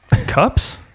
Cups